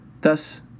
thus